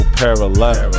parallel